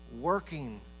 working